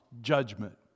judgment